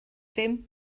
ddim